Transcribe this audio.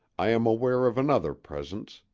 i am aware of another presence,